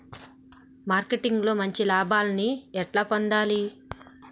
Marketing లో మంచి లాభాల్ని ఎట్లా పొందాలి?